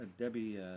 Debbie